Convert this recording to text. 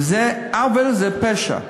וזה עוול, זה פשע.